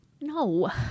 No